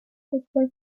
fútbol